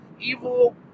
Evil